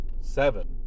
seven